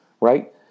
right